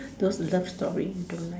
those love stories don't like